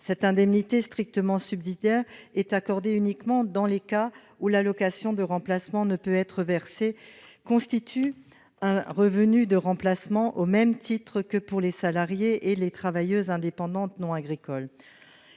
Cette indemnité strictement subsidiaire, accordée uniquement dans les cas où l'allocation de remplacement ne peut être versée, constituera un revenu de remplacement au même titre que pour les salariées et les travailleuses indépendantes non agricoles.